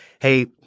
hey